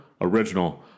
original